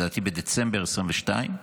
לדעתי בדצמבר 2022,